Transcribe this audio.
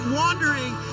wandering